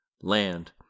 LAND